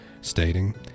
stating